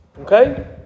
Okay